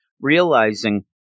realizing